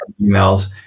emails